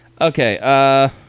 Okay